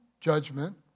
judgment